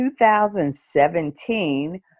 2017